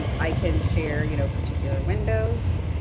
um i can share you know particular windows,